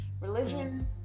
religion